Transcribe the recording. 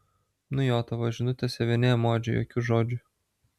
nu jo tavo žinutėse vieni emodžiai jokių žodžių